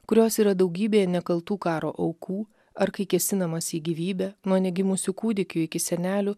kurios yra daugybė nekaltų karo aukų ar kai kėsinamasi į gyvybę nuo negimusių kūdikių iki senelių